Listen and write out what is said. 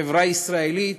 כחברה ישראלית,